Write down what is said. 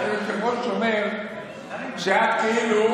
טלי, כמו בצבא, היושב-ראש אומר שאת כאילו,